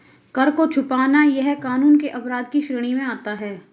कर को छुपाना यह कानून के अपराध के श्रेणी में आता है